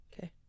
okay